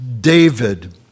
David